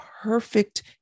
Perfect